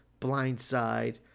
blindside